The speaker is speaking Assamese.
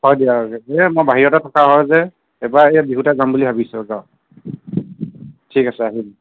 হয় দিয়ক এই মই বাহিৰতে থকা হয় যে এইবাৰ সেই বিহুতে যাম বুলি ভাবিছোঁ আৰু গাঁৱত ঠিক আছে আহিম